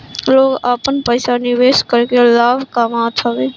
लोग आपन पईसा निवेश करके लाभ कामत हवे